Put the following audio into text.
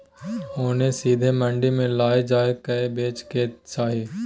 ओन सीधे मंडी मे लए जाए कय बेचे के चाही